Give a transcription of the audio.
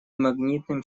магнитным